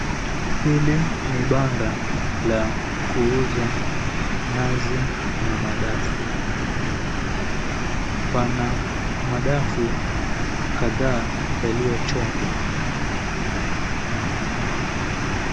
Hili ni banda la kuuza nazi na madafu, pana madafu kadhaa yalio chongwa.